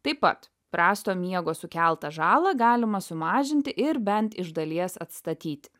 taip pat prasto miego sukeltą žalą galima sumažinti ir bent iš dalies atstatyti